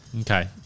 Okay